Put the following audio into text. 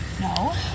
No